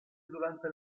durante